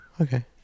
okay